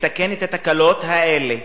לתקן את התקלות האלה,